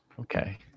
okay